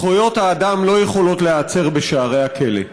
זכויות האדם לא יכולות להיעצר בשערי הכלא.